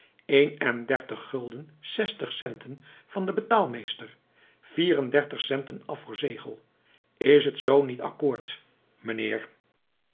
snuiter meneer een en dertig gulden zestig centen van den betaalmeester vier-en-dertig centen af voor zegel is het zoo niet akkoord meneer